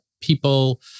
people